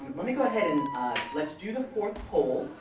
let me go ahead and let's do the fourth poll.